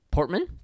portman